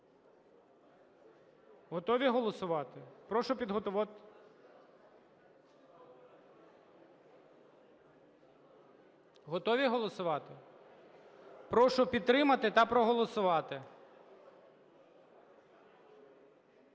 Готові голосувати? Прошу… Готові голосувати? Прошу підтримати та проголосувати.